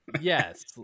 Yes